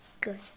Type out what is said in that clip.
good